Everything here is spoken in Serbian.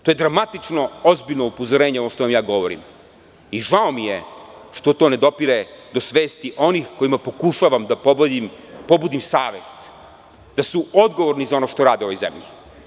To je dramatično ozbiljno upozorenje, ovo što vam ja govorim i žao mi je što to ne dopire do svesti onih kojima pokušavam da probudim savest, da su odgovorno za ono što rade u ovoj zemlji.